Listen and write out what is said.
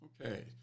Okay